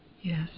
Yes